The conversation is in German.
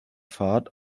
fahrt